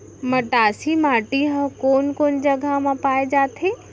मटासी माटी हा कोन कोन जगह मा पाये जाथे?